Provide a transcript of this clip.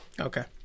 Okay